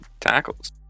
tackles